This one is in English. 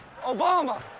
Obama